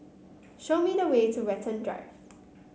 show me the way to Watten Drive